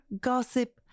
gossip